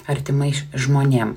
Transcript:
artimais žmonėm